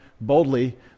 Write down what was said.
boldly